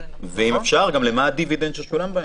ואם אפשר גם מה הדיווידנדים ששולם בהם,